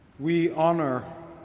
we honour